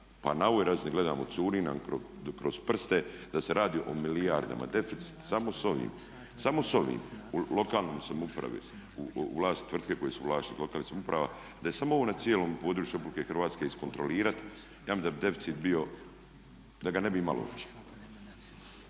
pa na ovoj razini gledamo curi nam kroz prste da se radi o milijardama. Deficit samo s ovim u lokalnoj samoupravi, tvrtke koje su u vlasništvu lokalnih samouprava da je samo ovo na cijelom području Republike Hrvatske iskontrolirati ja mislim da bi deficit bio da ga ne bi imali uopće.